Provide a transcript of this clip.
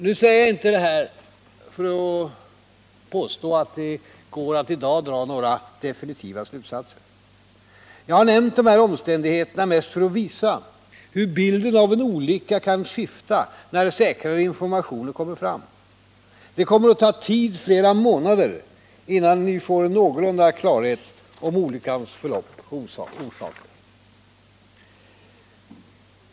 Jag säger inte detta för att påstå att det i dag går att dra några definitiva slutsatser. Jag har nämnt de här omständigheterna mest för att visa hur bilden av en olycka kan skifta när säkrare informationer kommer fram. Det kommer att ta tid, flera månader, innan vi får någorlunda klarhet om olyckans förlopp och orsaker.